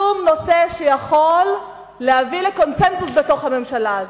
שום נושא שיכול להביא לקונסנזוס בתוך הממשלה הזו.